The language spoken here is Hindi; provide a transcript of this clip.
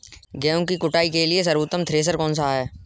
गेहूँ की कुटाई के लिए सर्वोत्तम थ्रेसर कौनसा है?